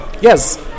Yes